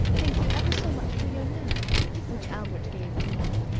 thank you ever so much for your note which albert gave to me.